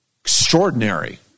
Extraordinary